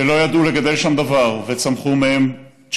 שלא ידעו לגדל שם דבר, צמחו דשאים,